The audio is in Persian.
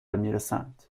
میرسند